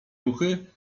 ruchy